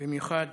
במיוחד